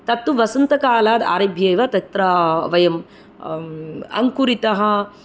तत्तु वसन्तकालात् आरभ्य एव तत्र वयम् अङ्कुरितः